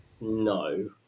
no